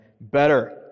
better